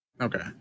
Okay